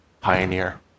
pioneer